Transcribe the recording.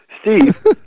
Steve